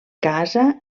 casa